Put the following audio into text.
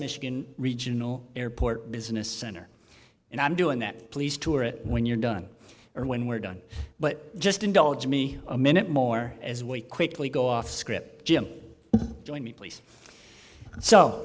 michigan regional airport business center and i'm doing that please tour it when you're done or when we're done but just indulge me a minute more as we quickly go off script jim join me please so